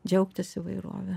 džiaugtis įvairove